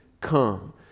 come